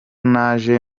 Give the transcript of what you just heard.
naje